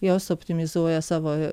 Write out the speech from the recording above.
jos optimizuoja savo